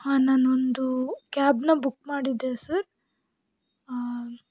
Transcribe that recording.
ಹಾಂ ನಾನು ಒಂದು ಕ್ಯಾಬನ್ನ ಬುಕ್ ಮಾಡಿದ್ದೆ ಸರ್